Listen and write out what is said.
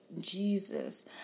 Jesus